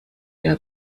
der